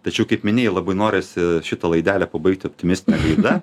tačiau kaip minėjai labai norisi šitą laidelę pabaigti optimistine gaida